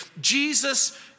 Jesus